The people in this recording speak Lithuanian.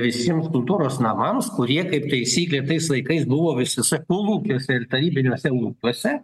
visiems kultūros namams kurie kaip taisyklė tais laikais buvo visuose kolūkiuose ir tarybiniuose ūkiuose